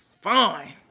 fine